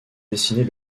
dessiner